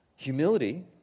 Humility